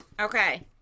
Okay